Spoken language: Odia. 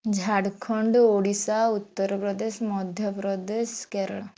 ଝାଡ଼ଖଣ୍ଡ ଓଡ଼ିଶା ଉତ୍ତରପ୍ରଦେଶ ମଧ୍ୟପ୍ରଦେଶ କେରଳ